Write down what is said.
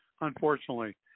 unfortunately